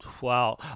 Wow